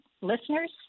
listeners